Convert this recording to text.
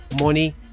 money